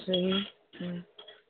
صحیح